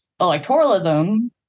electoralism